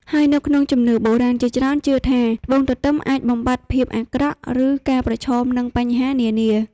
ហើយនៅក្នុងជំនឿបុរាណជាច្រើនជឿថា ត្បូងទទឹមអាចបំបាត់ភាពអាក្រក់ ឬការប្រឈមនឹងបញ្ហានានា។